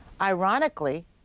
Ironically